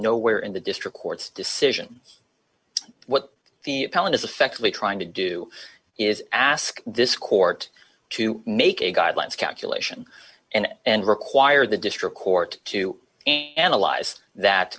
nowhere in the district court's decision what the appellant is effectively trying to do is ask this court to make a guidelines calculation and require the district court to analyze that